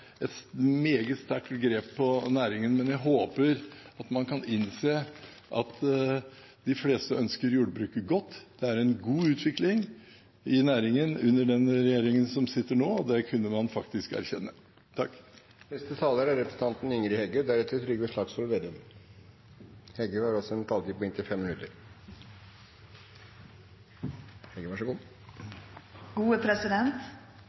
et meget sterkt grep på næringen, men jeg håper at man kan innse at de fleste ønsker jordbruket godt, det er en god utvikling i næringen under den regjeringen som sitter nå, og det kunne man faktisk erkjenne. Vi har alle eit forhold til jordbruket, til mat og til matproduksjon. Mykje har stått på